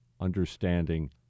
understanding